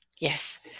Yes